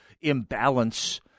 imbalance